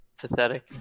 Pathetic